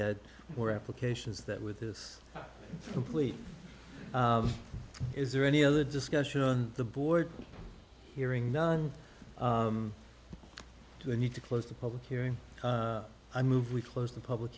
had more applications that with this complete is there any other discussion on the board hearing none the need to close the public hearing i move we closed the public